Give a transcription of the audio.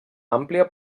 àmplia